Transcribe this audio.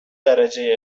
درجه